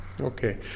Okay